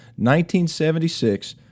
1976